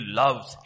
loves